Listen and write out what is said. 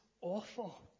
awful